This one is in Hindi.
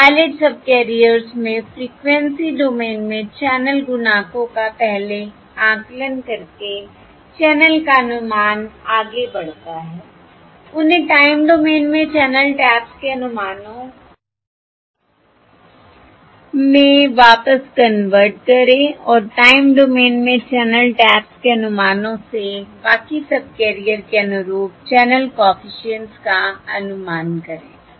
और पायलट सबकैरियर्स में फ़्रीक्वेंसी डोमेन में चैनल गुणांकों का पहले आकलन करके चैनल का अनुमान आगे बढ़ता है उन्हें टाइम डोमेन में चैनल टैप्स के अनुमानों में वापस कन्वर्ट करें और टाइम डोमेन में चैनल टैप्स के अनुमानों से बाकी सबकैरियर के अनुरूप चैनल कॉफिशिएंट्स का अनुमान करें